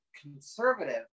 conservative